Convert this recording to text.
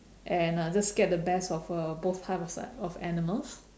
and uh just get the best of uh both halves ah of animals